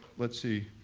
let's see,